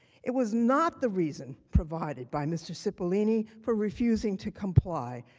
it was not the reason provided by mr. cipolloni for refusing to comply.